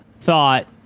thought